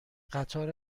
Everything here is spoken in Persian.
قطار